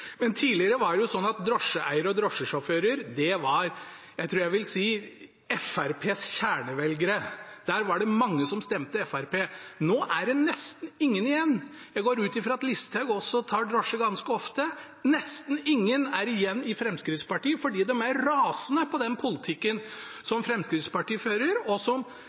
Tidligere var det sånn at drosjeeiere og drosjesjåfører var – jeg tror jeg vil si – Fremskrittspartiets kjernevelgere. Det var mange som stemte Fremskrittspartiet. Nå er det nesten ingen igjen. Jeg går ut fra at representanten Listhaug også tar drosje ganske ofte – nesten ingen er igjen i Fremskrittspartiet, for de er rasende på den politikken som Fremskrittspartiet fører, og som